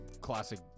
classic